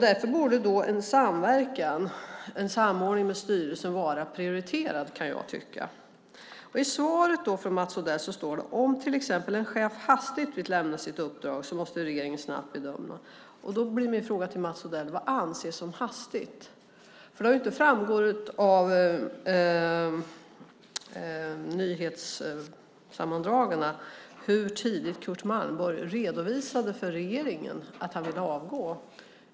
Därför borde en samverkan, en samordning med styrelsen, vara prioriterad, kan jag tycka. I svaret från Mats Odell står det: "Om till exempel en chef hastigt vill lämna sitt uppdrag måste regeringen snabbt bedöma." Då blir min fråga till Mats Odell: Vad anses som hastigt? Det har ju inte framgått av nyhetssammandragen hur tidigt Curt Malmborg redovisade för regeringen att han ville avgå.